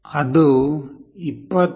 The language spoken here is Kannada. ಅದು 21